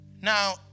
Now